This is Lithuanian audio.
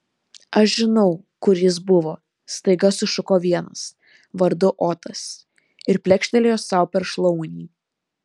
aš žinau kur jis buvo staiga sušuko vienas vardu otas ir plekštelėjo sau per šlaunį